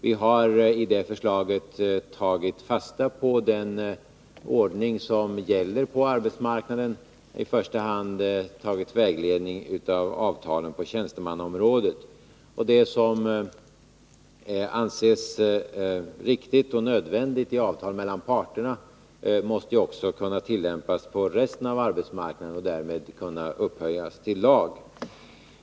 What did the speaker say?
Vi hari detta förslag tagit fasta på den ordning som gäller på arbetsmarknaden och i första hand låtit avtalen på tjänstemannaområdet vara till vägledning. Det som anses riktigt och nödvändigt i avtal mellan de parterna måste också kunna tillämpas på resten av arbetsmarknaden och därmed kunna upphöjas till lag.